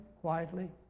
quietly